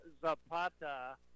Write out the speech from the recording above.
Zapata